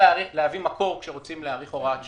להביא מקור כשרוצים להאריך הוראת שעה.